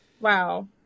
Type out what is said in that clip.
Wow